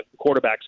quarterbacks